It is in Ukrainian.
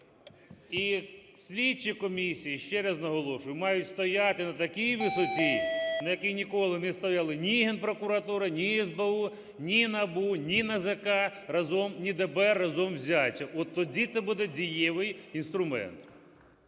І слідчі комісії, ще раз наголошую, мають стояти на такій висоті, на якій ніколи не стояли ні Генпрокуратура, ні СБУ, ні НАБУ, ні НАЗК разом, ні ДБР разом взяті. От тоді це буде дієвий інструмент.